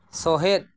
ᱥᱚᱦᱮᱫ